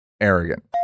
arrogant